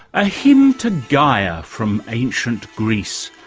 a hymn to gaia, from ancient greece,